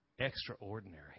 extraordinary